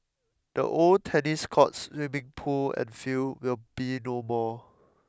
the old tennis courts swimming pool and field will be no more